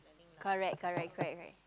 correct correct correct correct